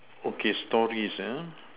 okay stories ah